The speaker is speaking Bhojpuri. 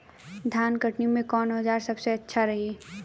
धान कटनी मे कौन औज़ार सबसे अच्छा रही?